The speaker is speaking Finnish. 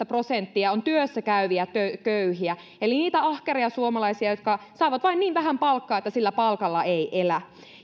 prosenttia on työssäkäyviä köyhiä eli niitä ahkeria suomalaisia jotka saavat vain niin vähän palkkaa että sillä palkalla ei elä